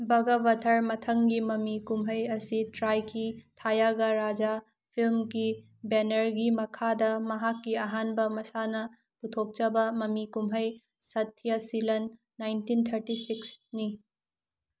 ꯕꯒꯕꯊꯔ ꯃꯊꯪꯒꯤ ꯃꯃꯤ ꯀꯨꯝꯍꯩ ꯑꯁꯤ ꯇ꯭ꯔꯥꯏꯀꯤ ꯊꯥꯌꯥꯒꯥ ꯔꯥꯖꯥ ꯐꯤꯂꯝꯒꯤ ꯕꯦꯅꯔꯒꯤ ꯃꯈꯥꯗ ꯃꯍꯥꯛꯀꯤ ꯑꯍꯥꯟꯕ ꯃꯁꯥꯟꯅ ꯄꯨꯊꯣꯛꯆꯕ ꯃꯃꯤ ꯀꯨꯝꯍꯩ ꯁꯠꯊ꯭ꯌꯥꯁꯤꯂꯟ ꯅꯥꯏꯟꯇꯤꯟ ꯊꯥꯔꯇꯤ ꯁꯤꯛꯁꯅꯤ